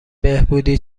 بهبودی